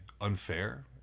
unfair